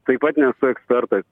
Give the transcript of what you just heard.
taip pat nesu ekspertas